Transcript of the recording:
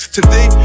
Today